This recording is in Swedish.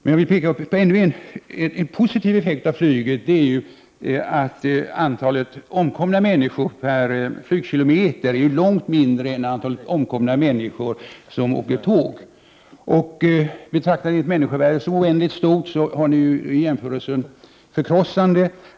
En positiv effekt av flyget är att antalet omkomna människor per flygkilometer är långt mindre än antalet omkomna människor per tågkilometer. Betraktar ni ett människovärde som oändligt stort blir jämförelsen förkrossande.